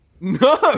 No